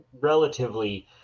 relatively